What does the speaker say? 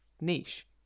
niche